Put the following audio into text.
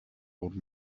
old